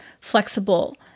flexible